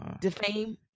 DeFame